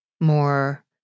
more